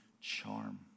charm